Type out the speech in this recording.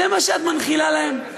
זה מה שאת מנחילה להם?